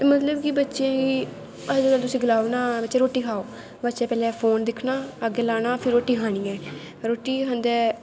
मतलव कि बच्चें गी तुस हलाओ कू रोटी खाओ बच्चैं पैह्लैं फोन लाना अग्गैं रक्खनां फिर रोटी खानी ऐ रोटी खंदैं